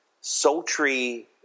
sultry